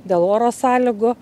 dėl oro sąlygų